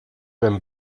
ben